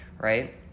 right